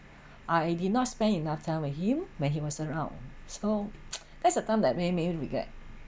I did not spend enough time with him when he was around so that's the time that made me regret